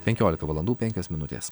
penkiolika valandų penkios minutės